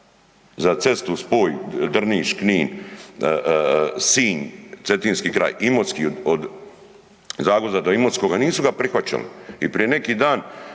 Za cestu, spoj Drniš-Knin-Sinj. Cetinski kraj, Imotski, od Zagvozda do Imotskoga, nisu ga prihvaćali i prije neki dan,